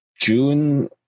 June